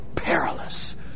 Perilous